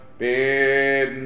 bid